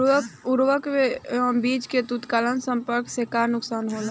उर्वरक व बीज के तत्काल संपर्क से का नुकसान होला?